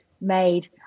made